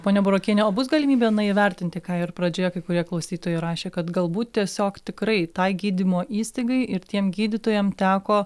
ponia burokiene o bus galimybė na įvertinti ką ir pradžioje kai kurie klausytojai rašė kad galbūt tiesiog tikrai tai gydymo įstaigai ir tiem gydytojam teko